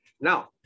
now